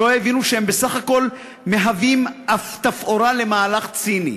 שלא הבינו שהם בסך הכול תפאורה למהלך ציני.